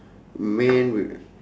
man with